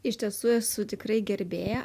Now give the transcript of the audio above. iš tiesų esu tikrai gerbėja